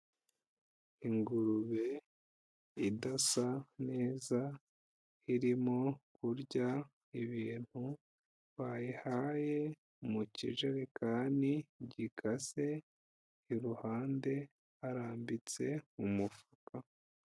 Ingurube idasa neza, irimo kurya ibintu bayihaye mu kijerekani gikase, iruhande harambitse umufuka.